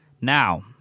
Now